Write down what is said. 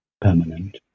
permanent